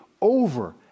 over